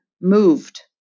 moved